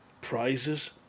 prizes